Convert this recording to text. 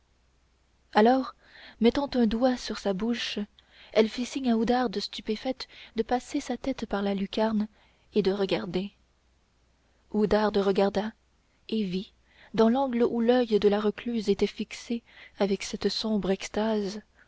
alors mettant un doigt sur sa bouche elle fit signe à oudarde stupéfaite de passer sa tête par la lucarne et de regarder oudarde regarda et vit dans l'angle où l'oeil de la recluse était fixé avec cette sombre extase